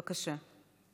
בבקשה.